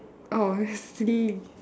obviously